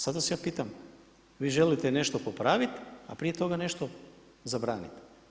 Sada vas ja pitam vi želite nešto popraviti, prije toga nešto zabraniti.